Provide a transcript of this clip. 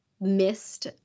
missed